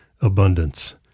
abundance